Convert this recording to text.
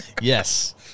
Yes